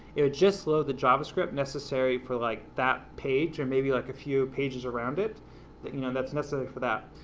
it would just load the javascript necessary for like, that page or maybe like a few pages around it you know that's necessary for that,